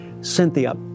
Cynthia